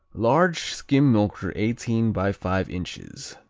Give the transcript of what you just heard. large skim-milker eighteen by five inches,